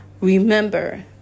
Remember